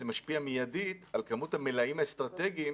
זה משפיע מיידית על כמות המלאים האסטרטגיים